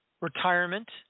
retirement